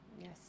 Yes